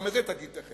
גם את זה תגיד תיכף.